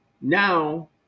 Now